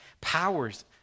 Powers